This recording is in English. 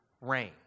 rain